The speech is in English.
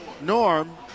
Norm